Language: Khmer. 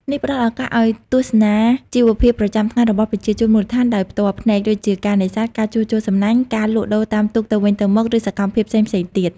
នេះផ្ដល់ឱកាសឱ្យទស្សនាជីវភាពប្រចាំថ្ងៃរបស់ប្រជាជនមូលដ្ឋានដោយផ្ទាល់ភ្នែក ដូចជាការនេសាទ ការជួសជុលសំណាញ់ ការលក់ដូរតាមទូកទៅវិញទៅមក ឬសកម្មភាពផ្សេងៗទៀត។